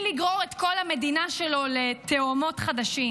לגרור את כל המדינה שלו לתהומות חדשים,